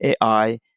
AI